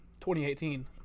2018